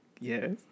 yes